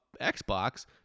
Xbox